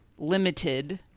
limited